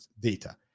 data